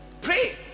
pray